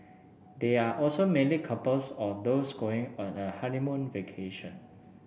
they are also mainly couples or those going on a honeymoon vacation